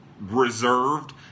reserved